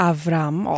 Avram